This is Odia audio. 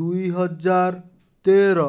ଦୁଇ ହଜାର ତେର